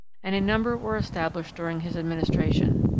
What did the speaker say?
and a number were established during his administration.